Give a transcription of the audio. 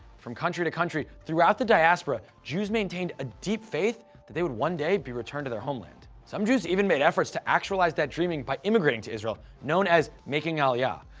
from country to country throughout the diaspora jews maintained a deep faith that they would one day be returned to their homeland. some jews even made efforts to actualize that dream by immigrating to israel, known as making aliyah.